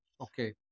okay